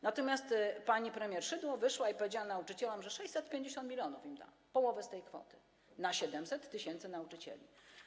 Natomiast pani premier Szydło wyszła i powiedziała nauczycielom, że da im 650 mln, połowę z tej kwoty, na 700 tys. nauczycieli.